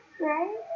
right